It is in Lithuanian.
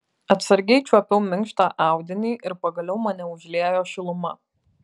atsargiai čiuopiau minkštą audinį ir pagaliau mane užliejo šiluma